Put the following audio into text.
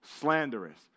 slanderous